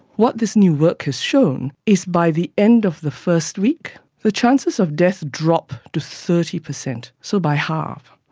what this new work has shown is by the end of the first week the chances of death drop to thirty percent, so by half.